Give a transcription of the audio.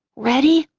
ready?